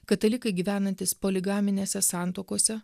katalikai gyvenantys poligaminėse santuokose